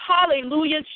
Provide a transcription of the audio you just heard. hallelujah